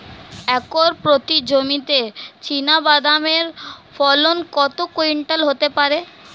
Acre প্রতি জমিতে চীনাবাদাম এর ফলন কত কুইন্টাল হতে পারে?